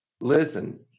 Listen